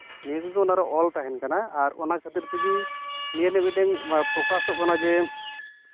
ᱱᱤᱭᱟᱹ ᱠᱚᱜᱮ ᱚᱱᱟᱨᱮ ᱚᱞ ᱛᱟᱦᱮᱱ ᱠᱟᱱᱟ ᱟᱨ ᱚᱱᱟ ᱠᱷᱟᱹᱛᱤᱨ ᱛᱮᱜᱮ ᱱᱤᱭᱟᱹ ᱫᱚ ᱢᱤᱫᱴᱮᱱ ᱯᱨᱚᱠᱟᱥᱚᱜ ᱠᱟᱱᱟ ᱡᱮ